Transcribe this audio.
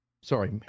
sorry